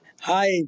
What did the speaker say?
Hi